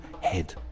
head